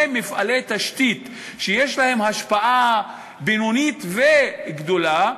מפעלי תשתית שיש להם השפעה בינונית וגדולה.